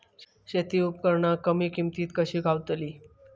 शेती उपकरणा कमी किमतीत कशी गावतली?